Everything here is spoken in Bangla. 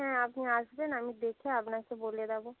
হ্যাঁ আপনি আসবেন আমি দেখে আপনাকে বলে দেবো